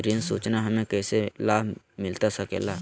ऋण सूचना हमें कैसे लाभ मिलता सके ला?